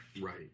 Right